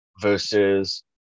versus